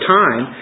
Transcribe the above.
time